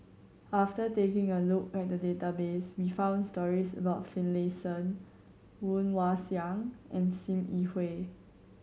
after taking a look at the database we found stories about Finlayson Woon Wah Siang and Sim Yi Hui